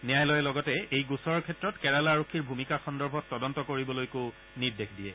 ন্যায়ালয়ে লগতে এই গোচৰৰ ক্ষেত্ৰত কেৰালা আৰক্ষীৰ ভূমিকা সন্দৰ্ভত তদন্ত কৰিবলৈকো নিৰ্দেশ দিয়ে